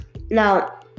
Now